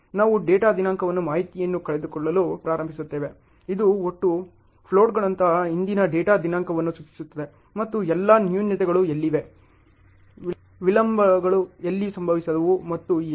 ನಾವು ಡೇಟಾ ದಿನಾಂಕದ ಮಾಹಿತಿಯನ್ನು ಕಳೆದುಕೊಳ್ಳಲು ಪ್ರಾರಂಭಿಸುತ್ತೇವೆ ಇದು ಒಟ್ಟು ಫ್ಲೋಟ್ಗಳಂತಹ ಹಿಂದಿನ ಡೇಟಾ ದಿನಾಂಕವನ್ನು ಸೂಚಿಸುತ್ತದೆ ಮತ್ತು ಎಲ್ಲ ನ್ಯೂನತೆಗಳು ಎಲ್ಲಿವೆ ವಿಳಂಬಗಳು ಎಲ್ಲಿ ಸಂಭವಿಸಿದವು ಮತ್ತು ಹೀಗೆ